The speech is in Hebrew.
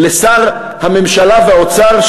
שר הממשלה והאוצר,